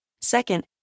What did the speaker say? Second